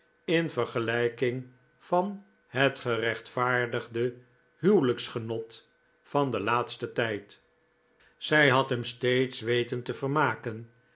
in vergelijking van het gerechtvaardigde huwelijksgenot van den laatsten tijd zij had hem steeds weten te vermaken